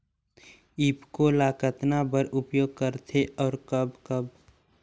ईफको ल कतना बर उपयोग करथे और कब कब?